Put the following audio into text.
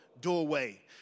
Doorway